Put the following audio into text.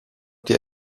die